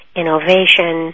innovation